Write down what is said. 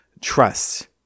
trust